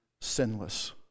sinless